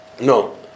No